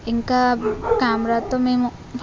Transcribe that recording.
ఇంకా కెమెరాతో మేము బా